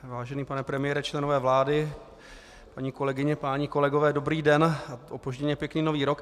Vážený pane premiére, členové vlády, paní kolegyně, páni kolegové, dobrý den, opožděně pěkný nový rok.